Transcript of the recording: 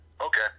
okay